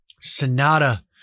Sonata